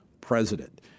president